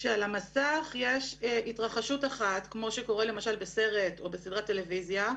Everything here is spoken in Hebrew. כשעל המסך יש התרחשות אחת כמו שקורה למשל בסרט או בסדרת טלוויזיה,